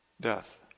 Death